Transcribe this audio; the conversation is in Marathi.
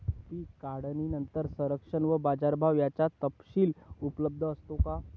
पीक काढणीनंतर संरक्षण व बाजारभाव याचा तपशील उपलब्ध असतो का?